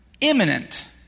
imminent